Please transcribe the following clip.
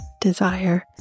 desire